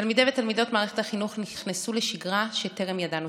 תלמידי ותלמידות מערכת החינוך נכנסו לשגרה שטרם ידענו,